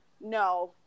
no